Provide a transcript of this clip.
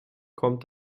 kommt